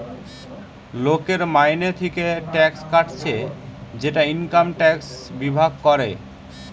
লোকের মাইনে থিকে ট্যাক্স কাটছে সেটা ইনকাম ট্যাক্স বিভাগ করে